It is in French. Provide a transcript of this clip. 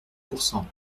pourcent